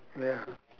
ya